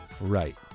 Right